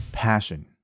passion